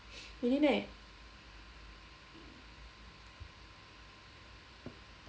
really meh